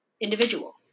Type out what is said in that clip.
individual